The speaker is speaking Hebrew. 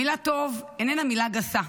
המילה טוב איננה מילה גסה,